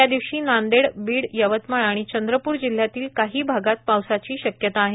या दिवशी नांदेड बीड यवतमाळ आणि चंद्रप्र जिल्ह्यांतील काही भागातच पावसाची शक्यता आहे